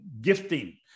gifting